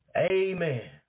Amen